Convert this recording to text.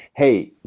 hey,